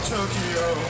Tokyo